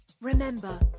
Remember